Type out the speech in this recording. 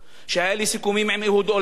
היו לי סיכומים עם אהוד אולמרט,